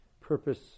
purpose